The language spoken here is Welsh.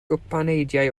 gwpaneidiau